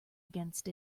against